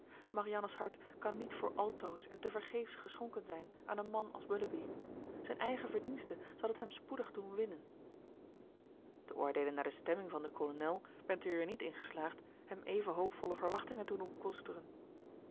marianne's hart kan niet voor altoos en te vergeefs geschonken zijn aan een man als willoughby zijn eigen verdienste zal het hem spoedig doen winnen te oordeelen naar de stemming van den kolonel bent u er niet in geslaagd hem even hoopvolle verwachtingen te doen koesteren